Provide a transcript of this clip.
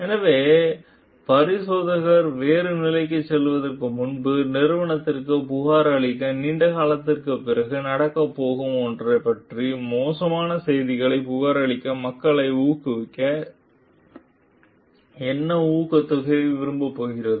எனவே பரிசோதகர் வேறு நிலைக்கு செல்வதற்கு முன்பு நிறுவனத்தில் புகார் அளித்த நீண்ட காலத்திற்குப் பிறகு நடக்கப் போகும் ஒன்றைப் பற்றி மோசமான செய்திகளைப் புகாரளிக்க மக்களை ஊக்குவிக்க என்ன ஊக்கத்தொகை விரும்பப் போகிறது